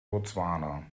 botswana